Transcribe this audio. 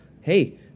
hey